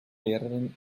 lehrerin